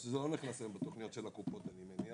זה לא נכנס היום בתוכניות של הקופות, אני מניח.